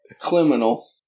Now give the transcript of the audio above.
criminal